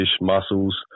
mussels